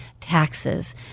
taxes